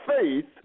faith